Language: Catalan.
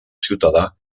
ciutadà